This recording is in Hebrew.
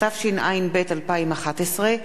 התשע”ב 2011,